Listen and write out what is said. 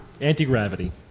anti-gravity